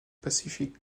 pacific